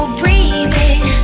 breathing